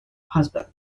husband